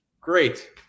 great